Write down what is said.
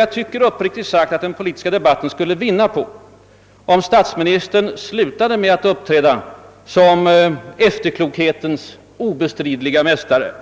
Jag tycker uppriktigt sagt att den politiska debatten skulle vinna på att statsministern slutade med att uppträda som efterklokhetens obestridlige mästare.